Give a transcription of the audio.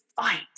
fight